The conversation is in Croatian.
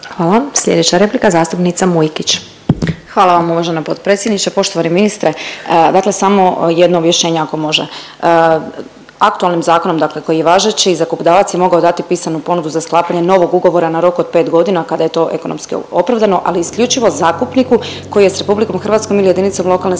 Hvala, slijedeća replika zastupnica Mujkić. **Mujkić, Ivana (DP)** Hvala vam uvažena potpredsjednice, poštovani ministre dakle samo jedno objašnjenje ako može. Aktualnim zakonom dakle koji je važeći, zakupodavac je mogao dati pisanu ponudu za sklapanje novog ugovora na rok od 5 godina kada je to ekonomski opravdano ali isključivo zakupniku koji je s RH ili jedinicom lokalne